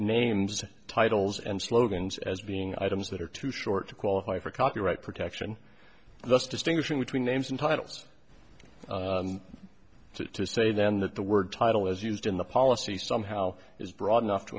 and titles and slogans as being items that are too short to qualify for copyright protection thus distinguishing between names and titles to say then that the word title is used in the policy somehow is broad enough to